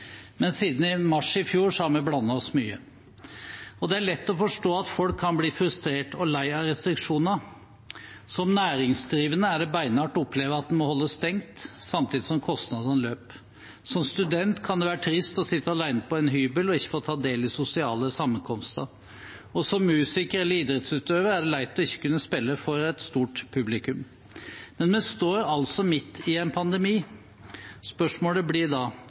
Men siden mars i fjor har vi blandet oss mye. Det er lett å forstå at folk kan bli frustrert og lei av restriksjoner. Som næringsdrivende er det beinhardt å oppleve at man må holde stengt, samtidig som kostnadene løper. Som student kan det være trist å sitte alene på en hybel og ikke få ta del i sosiale sammenkomster, og som musiker eller idrettsutøver er det leit ikke å kunne spille for et stort publikum. Men vi står altså midt i en pandemi. Spørsmålet blir da: